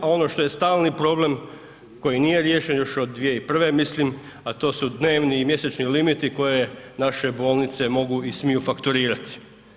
A ono što je stalni problem koji nije riješen još od 2001. mislim, a to su dnevni i mjesečni limiti koje naše bolnice mogu i smiju fakturirati.